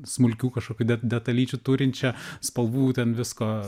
smulkių kažkokių de detalyčių turinčią spalvų ten visko